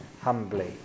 humbly